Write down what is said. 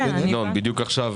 ינון, בדיוק עכשיו